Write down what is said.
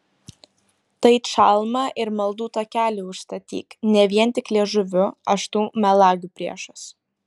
tai čalmą ir maldų takelį užstatyk ne vien tik liežuviu aš tų melagių priešas